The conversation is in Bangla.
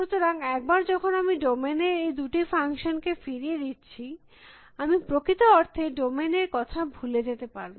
সুতরাং একবার যখন আমি ডোমেইন এর এই দুটি ফাংশন কে ফিরিয়ে দিচ্ছি আমি প্রকৃত অর্থে ডোমেইন এর কথা ভুলে যেতে পারব